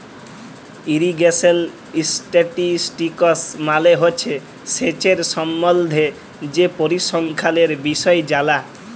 irrigation statistics মালে হছে সেঁচের সম্বল্ধে যে পরিসংখ্যালের বিষয় জালা